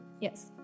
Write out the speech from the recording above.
yes